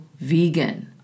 vegan